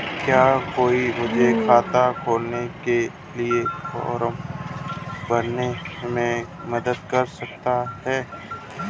क्या कोई मुझे खाता खोलने के लिए फॉर्म भरने में मदद कर सकता है?